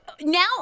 now